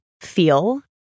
feel